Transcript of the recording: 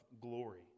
glory